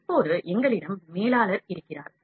இப்போது எங்களிடம் மேலாளர் இருக்கிறார்